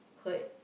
hurt